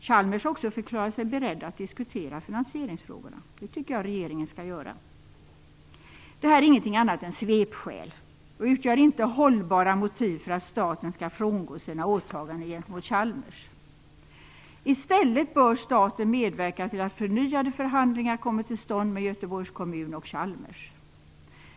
Chalmers har också förklarat sig beredd att diskutera finansieringsfrågorna. Det tycker jag regeringen skall göra. Det här är ingenting annat än svepskäl och utgör inte hållbara motiv för att staten skall frångå sina åtaganden gentemot Chalmers. I stället bör staten medverka till att förnyade förhandlingar kommer till stånd med Göteborgs kommun och Chalmers.